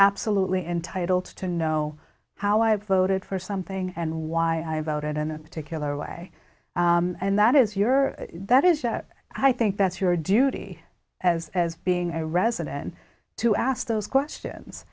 absolutely entitled to know how i voted for something and why i voted in a particular way and that is your that is that i think that's your duty as as being a resident to ask those questions